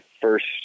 first